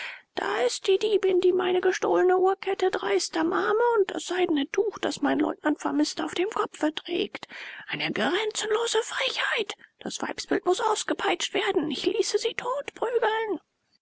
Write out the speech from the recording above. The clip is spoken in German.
da ist die diebin die meine gestohlene uhrkette dreist am arme und das seidene tuch das mein leutnant vermißt auf dem kopfe trägt eine grenzenlose frechheit das weibsbild muß ausgepeitscht werden ich ließe sie totprügeln